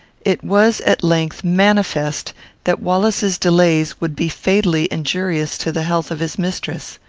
it was, at length, manifest that wallace's delays would be fatally injurious to the health of his mistress.